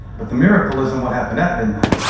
but the miracle isn't what happened at midnight